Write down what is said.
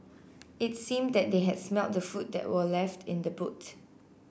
it seemed that they had smelt the food that were left in the boot